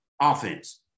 offense